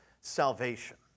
salvation